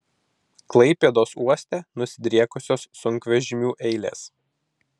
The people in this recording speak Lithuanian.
klaipėdos uoste nusidriekusios sunkvežimių eilės